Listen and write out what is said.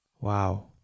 Wow